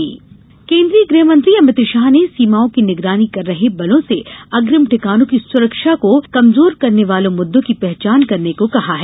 अभित शाह केन्द्रीय गृहमंत्री अमित शाह ने सीमाओं की निगरानी कर रहे बलों से अग्रिम ठिकानों की सुरक्षा को कमर्जोर करने वाले मुद्दों की पहचान करने को कहा है